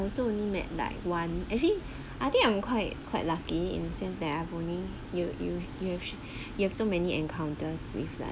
I also only met like one actually I think I'm quite quite lucky in a sense that I've only you you you have you have so many encounters with like